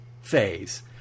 phase